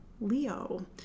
Leo